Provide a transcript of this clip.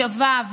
שווה,